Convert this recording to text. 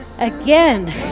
Again